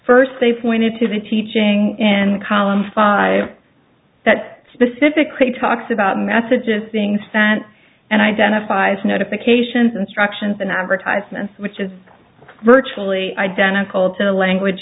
first they pointed to the teaching in columns five that specifically talks about messages being sent and identifies notifications instructions and advertisements which is virtually identical to the language